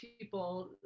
people